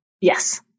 Yes